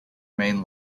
main